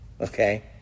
okay